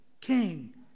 king